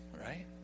Right